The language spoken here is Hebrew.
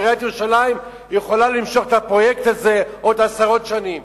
עיריית ירושלים יכולה למשוך את הפרויקט הזה עוד עשרות שנים.